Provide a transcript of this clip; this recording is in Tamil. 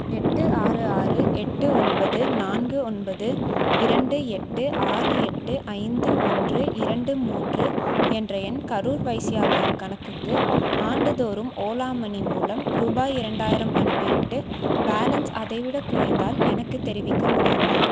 எட்டு ஆறு ஆறு எட்டு ஒன்பது நான்கு ஒன்பது இரண்டு எட்டு ஆறு எட்டு ஐந்து ஒன்று இரண்டு மூன்று என்ற என் கரூர் வைஸ்யா பேங்க் கணக்குக்கு ஆண்டுதோறும் ஓலா மனி மூலம் ரூபாய் இரண்டாயிரம் அனுப்பிவிட்டு பேலன்ஸ் அதைவிடக் குறைந்தால் எனக்குத் தெரிவிக்க முடியுமா